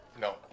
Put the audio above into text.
no